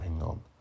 on